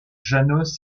jános